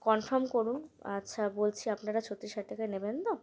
confirm করুন আচ্ছা বলছি আপনারা ছত্রিশ হাজার টাকা নেবেন তো